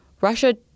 Russia